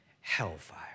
hellfire